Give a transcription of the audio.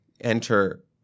enter